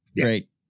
Great